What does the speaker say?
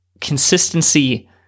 consistency